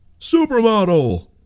Supermodel